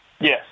Yes